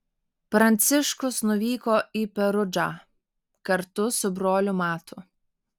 pranciškus nuvyko į perudžą kartu su broliu matu